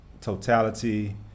totality